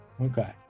Okay